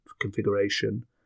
configuration